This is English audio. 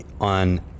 on